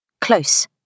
Close